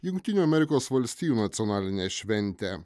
jungtinių amerikos valstijų nacionalinę šventę